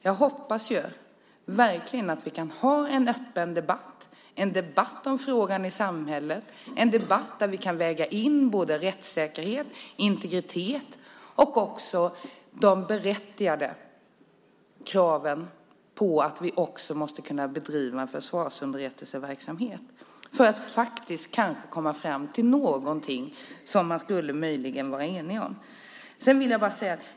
Jag hoppas verkligen att vi kan ha en öppen debatt om frågan i samhället, en debatt där vi kan väga in rättssäkerhet, integritet och de berättigade kraven på att vi måste kunna bedriva en försvarsunderrättelseverksamhet. Kanske kan vi komma fram till någonting att enas om.